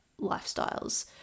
lifestyles